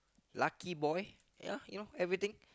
lucky boy ya you know everything